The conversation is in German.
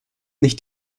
nicht